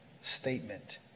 statement